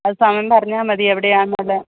അത് സമയം പറഞ്ഞാൽ മതി എവിടെയാണെന്നുള്ളത്